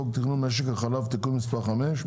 הנושא על סדר היום: הצעת חוק תכנון משק החלב (תיקון מס' 5),